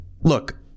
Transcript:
Look